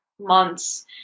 months